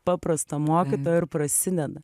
paprasto mokytojo ir prasideda